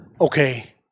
Okay